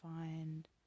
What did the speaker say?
find